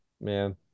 man